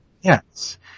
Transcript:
Yes